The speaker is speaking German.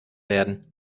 werden